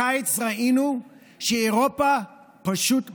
הקיץ ראינו שאירופה פשוט בוערת: